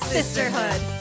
Sisterhood